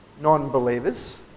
non-believers